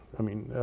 i mean,